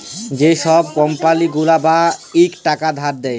যে ছব কম্পালি গুলা বা লক টাকা ধার দেয়